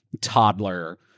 toddler